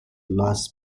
las